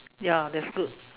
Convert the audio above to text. ya that's good